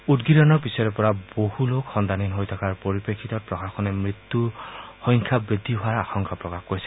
উদ্গিৰণৰ পিছৰে পৰা বহু লোক সন্ধানহীন হৈ থকাৰ পৰিপ্ৰেক্ষিতত প্ৰশাসনে মৃত্যুৰ সংখ্যা বৃদ্ধি হোৱাৰ আশংকা প্ৰকাশ কৰিছে